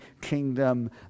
Kingdom